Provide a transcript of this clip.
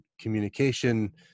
communication